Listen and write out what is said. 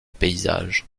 paysage